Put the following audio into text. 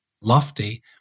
lofty